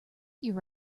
your